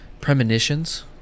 premonitions